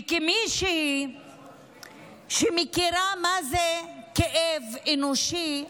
וכמישהי שיודעת מה זה כאב אנושי,